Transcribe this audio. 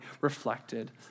reflected